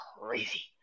crazy